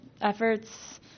efforts